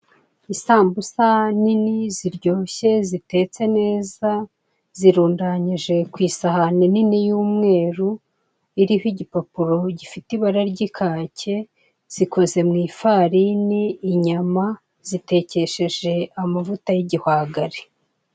Isambusa nini, ziryoshye, zitetse neza, zirundanyije ku isahani nini y'umweru, iriho igipapuro gifite bara ry'ikake, zikoze mu ifarini, inyama, zitekesheje amavuta y'igihwagari.